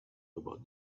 about